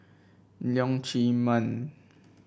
Leong Chee Mun